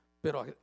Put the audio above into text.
pero